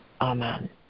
Amen